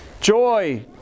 joy